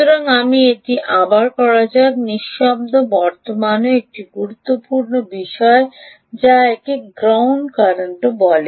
সুতরাং আমি এটি আবার করা যাক নিঃশব্দ বর্তমানও একটি গুরুত্বপূর্ণ বিষয় যা একে গ্রাউন্ড কারেন্টও বলে